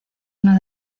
una